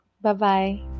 Bye-bye